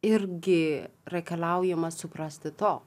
irgi reikalaujama suprasti to